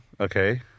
Okay